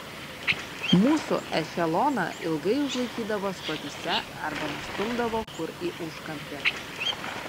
mūsų ešeloną ilgai užlaikydavo stotyse arba nustumdavo kur į užkampį